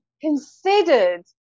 considered